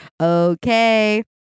Okay